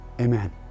Amen